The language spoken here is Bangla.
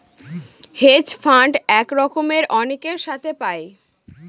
হেজ ফান্ড এক রকমের অনেকের সাথে পায়